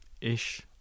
ish